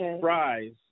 fries